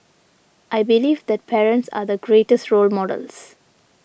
I believe that parents are the greatest role models